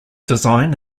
design